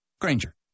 Granger